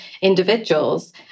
individuals